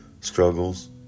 struggles